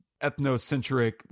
ethnocentric